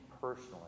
personally